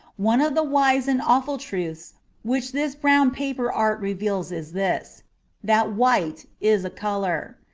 one of the wise and awful truths which this brown paper art reveals is this that white is a colour.